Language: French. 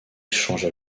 changea